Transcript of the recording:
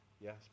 yes